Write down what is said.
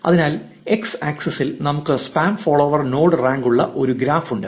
അതിനാൽ X ആക്സിസിൽ നമുക്ക് സ്പാം ഫോളോവർ നോഡ് റാങ്ക് ഉള്ള ഒരു ഗ്രാഫ് ഉണ്ട്